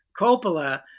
Coppola